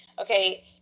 okay